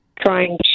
trying